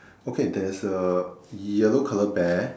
okay there is a yellow colour bear